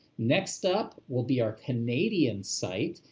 next up will be our canadian site,